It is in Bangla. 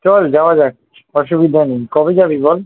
চল যাওয়া যাক অসুবিধা নেই কবে যাবি বল